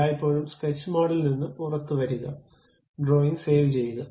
എല്ലായ്പ്പോഴും സ്കെച്ച് മോഡിൽ നിന്ന് പുറത്തുവരിക ഡ്രോയിംഗ് സേവ്ചെയ്യുക